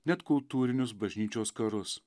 net kultūrinius bažnyčios karus